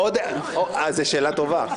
זו שאלה טובה.